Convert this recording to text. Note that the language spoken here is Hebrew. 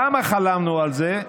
כמה חלמנו על זה?